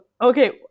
okay